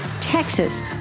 Texas